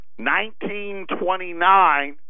1929